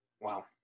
Wow